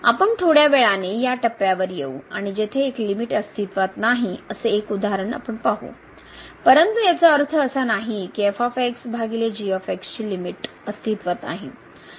आपण थोड्या वेळाने या टप्प्यावर येऊ आणि जेथे एक लिमिट अस्तित्वात नाही असे एक उदाहरण आपण पाहू परंतु याचा अर्थ असा नाही की f g ची लिमिट अस्तित्त्वात नाही